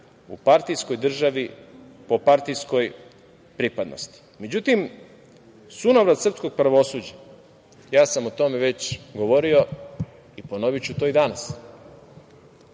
u partijskoj državi po partijskoj pripadnosti.Međutim, sunovrat srpskog pravosuđa, ja sam o tome već govorio i ponoviću to i danas,